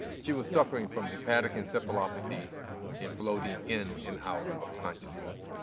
she was suffering from hepatic encephalopathy and floating in and out of consciousness.